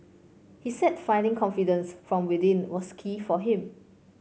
he said finding confidence from within was key for him